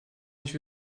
nicht